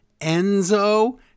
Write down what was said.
Enzo